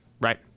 Right